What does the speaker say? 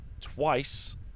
twice